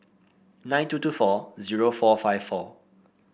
nine two two four zero four five four